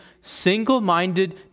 single-minded